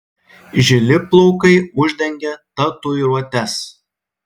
žili plaukai uždengė tatuiruotes